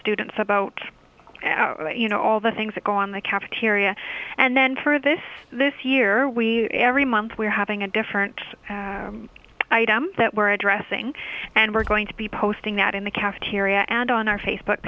students about you know all the things that go on the cafeteria and then for this this year we every month we're having a different item that we're addressing and we're going to be posting that in the cafeteria and on our face